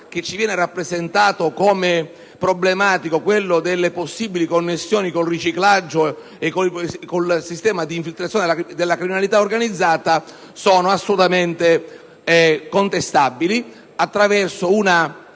che ci viene rappresentato come problematico, ossia quello delle possibili connessioni con il riciclaggio e con il sistema di infiltrazione della criminalità organizzata, sono contestabili